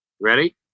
Ready